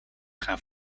gaan